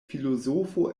filozofo